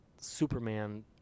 Superman